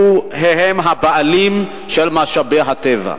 שהם הבעלים של משאבי הטבע.